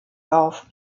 auf